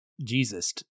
Jesus